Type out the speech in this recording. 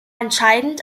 entscheidend